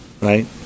Right